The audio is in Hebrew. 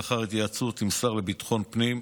לאחר התייעצות עם השר לביטחון לאומי,